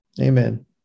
Amen